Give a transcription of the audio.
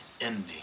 ending